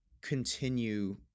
continue